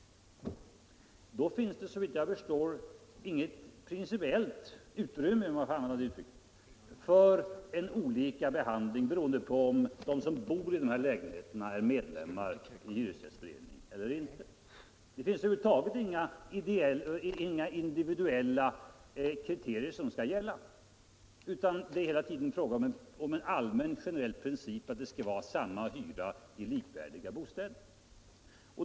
Då finns det såvitt jag förstår inget utrymme för olika behandling beroende på om de som bor i lägenheterna är medlemmar i hyresgästföreningen eller inte. Det finns över huvud taget inga individuella kriterier som skall gälla, utan det är hela tiden fråga om en allmän generell princip — att det skall vara samma hyra i likvärdiga bostäder.